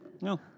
No